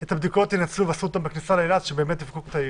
יעשו את הבדיקות בכניסה לאילת ויפקקו את העיר.